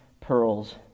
pearls